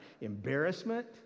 Embarrassment